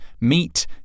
meat